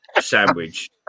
sandwich